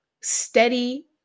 steady